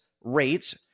rates